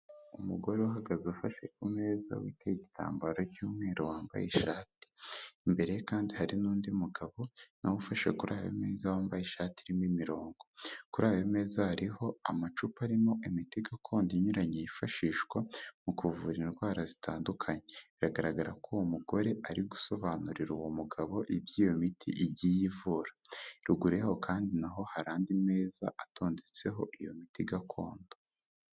Umugore uhagaze ufashe ku meza witeye igitambaro cy'umweru wambaye ishati, imbere ye kandi hari n'undi mugabo nawe ufashe kuri ayo meza wambaye ishati irimo imirongo, kuri ayo meza hariho amacupa arimo imiti gakondo inyuranye yifashishwa mu kuvura indwara zitandukanye, biragaragara ko uwo mugore ari gusobanurira uwo mugabo ibyo iyo miti igiye ivura, ruguru y'aho kandi na ho hari andi meza atondetseho iyo miti gakondo.